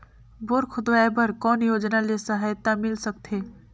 Bore खोदवाय बर कौन योजना ले सहायता मिल सकथे?